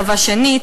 צבא שני,